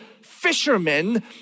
fishermen